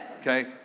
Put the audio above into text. Okay